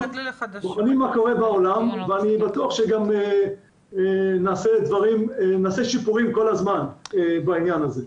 בוחנים מה קורה בעולם ואני בטוח שגם נעשה שיפורים כל הזמן בעניין הזה.